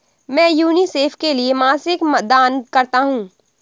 मैं यूनिसेफ के लिए मासिक दान करता हूं